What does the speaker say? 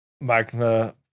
Magna